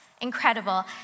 Incredible